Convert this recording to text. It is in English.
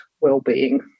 well-being